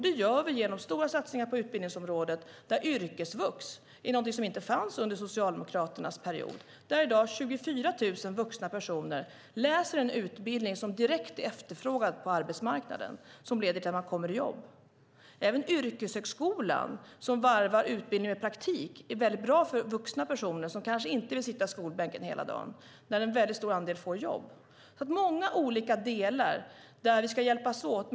Det gör vi genom stora satsningar på utbildningsområdet. Yrkesvux är någonting som inte fanns under Socialdemokraternas period. Där läser i dag 24 000 vuxna personer en utbildning som är direkt efterfrågad på arbetsmarknaden och som leder till att man kommer i jobb. Även yrkeshögskolan, som varvar utbildning med praktik, är bra för vuxna personer som kanske inte vill sitta i skolbänken hela dagen. En stor andel av dessa får jobb. Det finns alltså många olika delar där vi ska hjälpas åt.